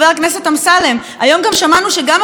היום גם שמענו שגם הוועדה הרפה הזאת,